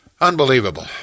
Unbelievable